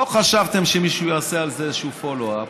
לא חשבתם שמישהו יעשה על זה איזשהו follow up,